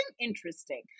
interesting